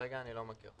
כרגע אני לא מכיר.